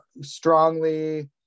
strongly